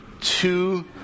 two